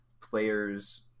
players